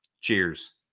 Cheers